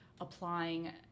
applying